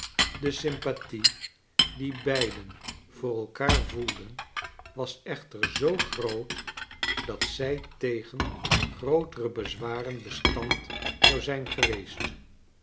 de sympathie die beiden voor elkander voelden was echter zoo groot dat zij tegen grootere bez waren bestand zou zijn geweest